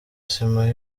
sima